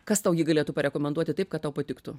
kas tau jį galėtų parekomenduoti taip kad tau patiktų